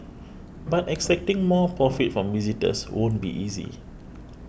but extracting more profit from visitors won't be easy